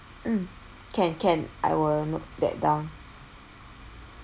mm can can I will note that down